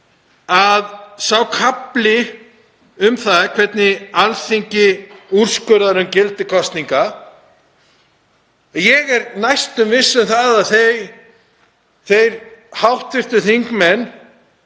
að sá kafli um það hvernig Alþingi úrskurðar um gildi kosninga — ég er næstum viss um að þeir hv. þingmenn